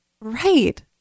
right